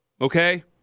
Okay